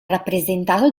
rappresentato